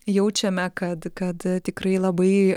jaučiame kad kad tikrai labai